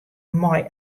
mei